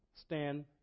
stand